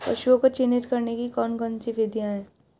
पशुओं को चिन्हित करने की कौन कौन सी विधियां हैं?